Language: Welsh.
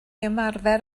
ymarfer